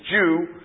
Jew